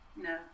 no